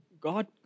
God